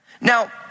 Now